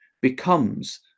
becomes